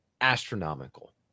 astronomical